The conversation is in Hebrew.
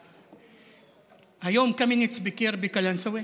היום קמיניץ ביקר בקלנסווה.